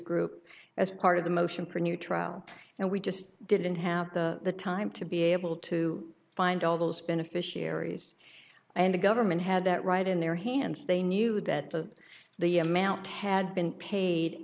group as part of the motion premier trial and we just didn't have the time to be able to find all those beneficiaries and the government had that right in their hands they knew that the the amount had been paid